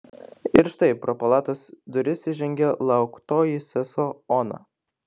ir štai pro palatos duris įžengė lauktoji sesuo ona